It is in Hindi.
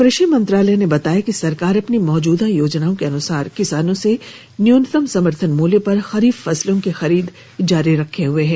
कृषि मंत्रालय ने बताया कि सरकार अपनी मौजूदा योजनाओं के अनुसार किसानों से न्यूनतम समर्थन मूल्य पर खरीफ फसलों की खरीद जारी रखे हुए है